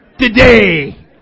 today